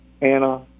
Anna